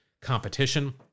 competition